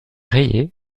rayer